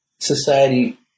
society